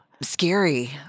Scary